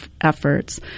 efforts